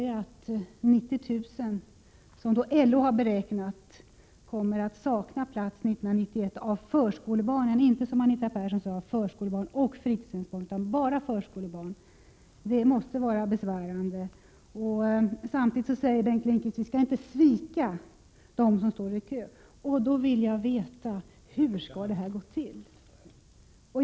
Att 90 000 förskolebarn, enligt LO:s beräkningar, kommer att sakna en plats 1991 — det gäller alltså inte både förskolebarn och fritidshemsbarn, som Anita Persson sade, utan bara förskolebarn — måste vara ett besvärande faktum. Samtidigt säger Bengt Lindqvist: Vi skall inte svika dem som står i kö. Men då vill jag veta hur detta skall gå till.